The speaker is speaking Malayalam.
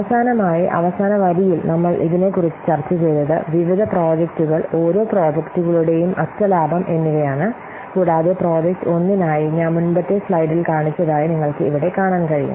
അവസാനമായി അവസാന വരിയിൽ നമ്മൾ ഇതിനെക്കുറിച്ച് ചർച്ചചെയ്തത് വിവിധ പ്രോജക്റ്റുകൾ ഓരോ പ്രോജക്റ്റുകളുടെയും അറ്റ ലാഭം എന്നിവയാണ് കൂടാതെ പ്രോജക്റ്റ് 1 നായി ഞാൻ മുമ്പത്തെ സ്ലൈഡിൽ കാണിച്ചതായി നിങ്ങൾക്ക് ഇവിടെ കാണാൻ കഴിയും